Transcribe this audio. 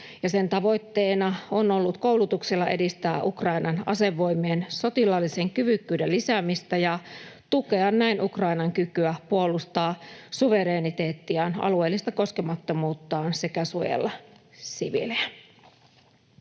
sen tavoitteena on ollut koulutuksella edistää Ukrainan asevoimien sotilaallisen kyvykkyyden lisäämistä ja tukea näin Ukrainan kykyä puolustaa suvereniteettiaan, alueellista koskemattomuuttaan sekä suojella siviilejä.